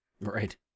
right